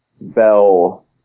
bell